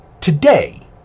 today